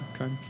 okay